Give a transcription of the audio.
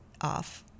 off